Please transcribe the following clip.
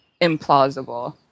implausible